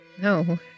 No